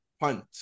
punt